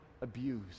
abuse